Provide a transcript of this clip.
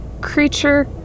creature